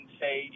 say